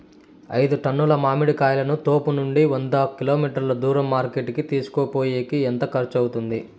ఐదు టన్నుల మామిడి కాయలను తోపునుండి వంద కిలోమీటర్లు దూరం మార్కెట్ కి తీసుకొనిపోయేకి ఎంత ఖర్చు అవుతుంది?